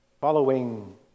following